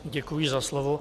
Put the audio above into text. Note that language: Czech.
Děkuji za slovo.